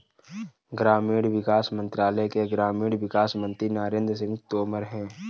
ग्रामीण विकास मंत्रालय के ग्रामीण विकास मंत्री नरेंद्र सिंह तोमर है